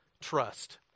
trust